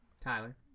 Tyler